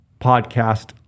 podcast